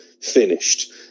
Finished